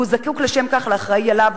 הוא זקוק לשם כך לאחראי עליו,